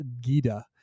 Gita